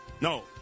No